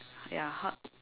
ya hug